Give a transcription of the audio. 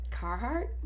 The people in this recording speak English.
Carhartt